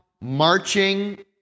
marching